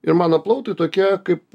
ir mano plautai tokie kaip